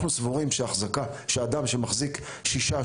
אנחנו סבורים שאדם שמחזיק 6,